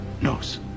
knows